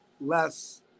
less